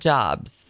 Jobs